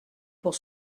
pour